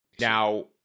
Now